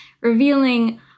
revealing